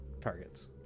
targets